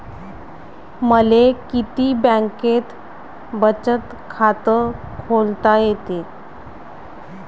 मले किती बँकेत बचत खात खोलता येते?